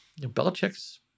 Belichick's